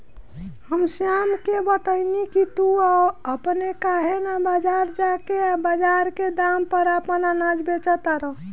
हम श्याम के बतएनी की तू अपने काहे ना बजार जा के बजार के दाम पर आपन अनाज बेच तारा